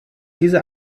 diese